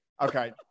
Okay